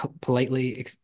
politely